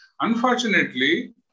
Unfortunately